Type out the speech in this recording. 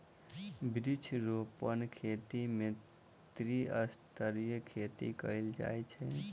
वृक्षारोपण खेती मे त्रिस्तरीय खेती कयल जाइत छै